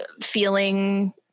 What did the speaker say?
feeling